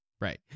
right